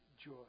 joy